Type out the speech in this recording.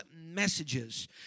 messages